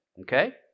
okay